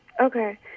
Okay